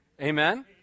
Amen